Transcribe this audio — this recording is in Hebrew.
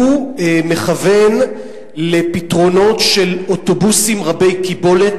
הוא מכוון לפתרונות של אוטובוסים רבי-קיבולת,